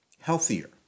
healthier